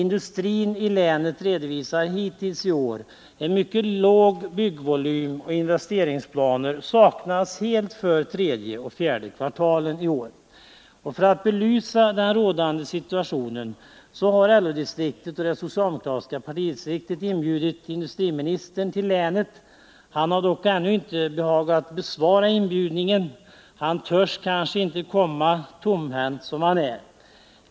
Industrin i länet redovisar hittills i år en mycket låg byggvolym, och investeringsplaner saknas helt för tredje och fjärde kvartalen iår. För att belysa den rådande situationen har LO-distriktet och det socialdemokratiska partidistriktet inbjudit industriministern till länet. Han har dock ännu inte behagat besvara inbjudningen. Han törs kanske inte komma, tomhänt som han är.